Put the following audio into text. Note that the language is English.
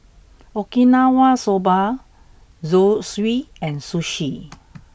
Okinawa soba Zosui and Sushi